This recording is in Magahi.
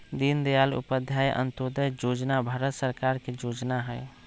दीनदयाल उपाध्याय अंत्योदय जोजना भारत सरकार के जोजना हइ